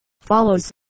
follows